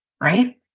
Right